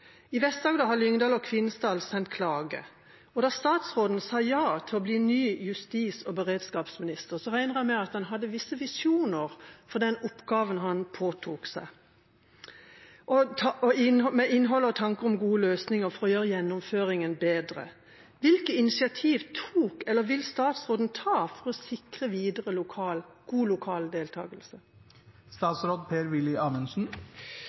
I Vest-Agder har Lyngdal og Kvinesdal sendt klage. Da statsråden sa ja til å bli ny justis- og beredskapsminister, regner jeg med visjonene inneholdt tanker om gode løsninger for å gjøre gjennomføringen bedre. Hvilke initiativ tok/vil statsråden ta